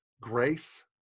grace